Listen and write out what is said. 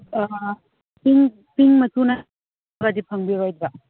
ꯄꯤꯡ ꯄꯤꯡ ꯃꯆꯨ ꯅꯠꯇꯕꯗꯤ ꯐꯪꯕꯤꯔꯣꯏꯗ꯭ꯔꯣ